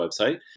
website